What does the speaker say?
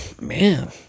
man